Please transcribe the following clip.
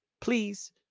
Please